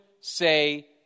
say